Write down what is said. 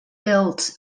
built